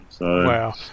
Wow